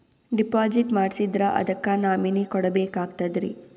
Deposit ಮಾಡ್ಸಿದ್ರ ಅದಕ್ಕ nominee ಕೊಡಬೇಕಾಗ್ತದ್ರಿ?